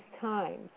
times